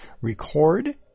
Record